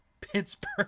Pittsburgh